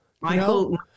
michael